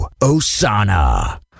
Osana